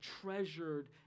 treasured